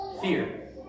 fear